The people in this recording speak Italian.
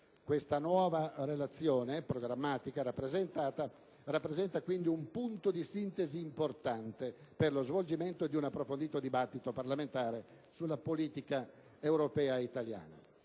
Questa nuova relazione programmatica rappresenta quindi un punto di sintesi importante per lo svolgimento di un approfondito dibattito parlamentare sulla politica europea italiana.